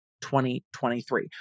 2023